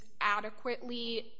adequately